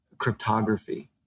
Cryptography